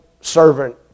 servant